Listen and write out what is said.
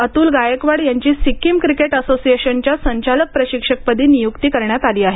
अत्ल गायकवाड यांची सिक्कीम क्रिकेट असोसिएशनच्या संचालक प्रशिक्षकपदी नियुक्ती करण्यात आली आहे